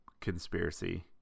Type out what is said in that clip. conspiracy